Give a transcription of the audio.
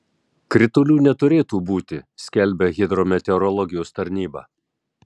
kritulių neturėtų būti skelbia hidrometeorologijos tarnyba